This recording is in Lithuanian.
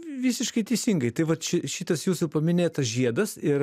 visiškai teisingai tai vat ši šitas jūsų paminėtas žiedas ir